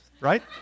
right